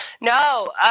No